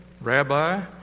Rabbi